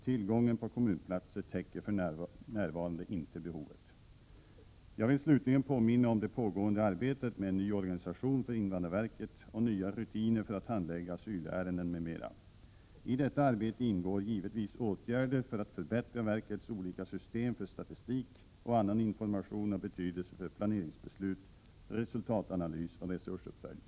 Tillgången på kommunplatser täcker för närvarande inte behovet. Jag vill slutligen påminna om det pågående arbetet med en ny organisation för invandrarverket och nya rutiner för att handlägga asylärenden m.m. I detta arbete ingår givetvis åtgärder för att förbättra verkets olika system för statistik och annan information av betydelse för planeringsbeslut, resultatanalys och resursuppföljning.